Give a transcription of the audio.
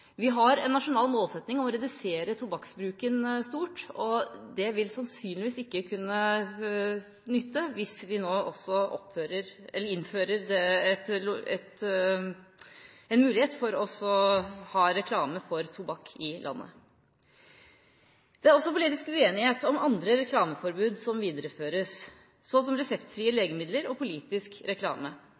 Vi har en nasjonal målsetting om å redusere tobakksbruken stort, og det vil sannsynligvis ikke kunne nytte hvis vi innfører en mulighet for å ha reklame for tobakk i landet. Det er også politisk uenighet om andre reklameforbud som videreføres – så som respektfrie legemidler og politisk reklame.